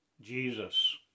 Jesus